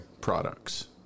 products